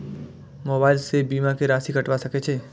Mobile से बीमा के राशि कटवा सके छिऐ?